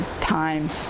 times